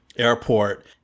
Airport